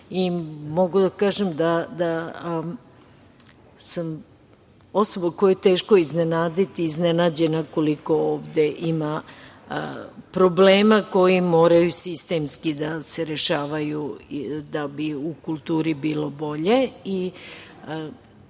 mogu da kažem da sam osoba koju je teško iznenaditi, ali iznenađena sam koliko ovde ima problema koji moraju sistemski da se rešavaju da bi u kulturi bilo bolje. Tek